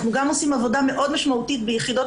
אנחנו גם עושים עבודה מאוד משמעותית ביחידות